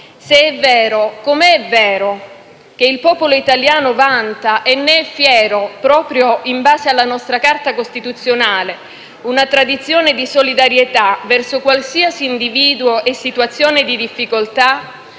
Se è vero, com'è vero, che il popolo italiano vanta, e ne è fiero, proprio in base alla nostra Carta costituzionale, una tradizione di solidarietà verso qualsiasi individuo e situazione di difficoltà,